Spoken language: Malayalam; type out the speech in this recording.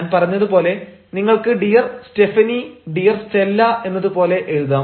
ഞാൻ പറഞ്ഞതു പോലെ നിങ്ങൾക്ക് ഡിയർ സ്റ്റെഫനി ഡിയർ സ്റ്റെല്ല എന്നതുപോലെ എഴുതാം